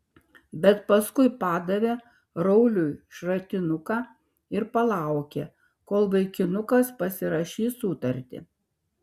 bet paskui padavė rauliui šratinuką ir palaukė kol vaikinukas pasirašys sutartį